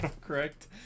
Correct